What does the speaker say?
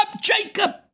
Jacob